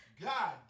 God